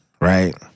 right